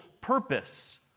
purpose